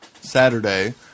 Saturday